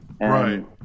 Right